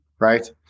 Right